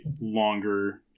longer